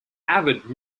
avid